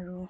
আৰু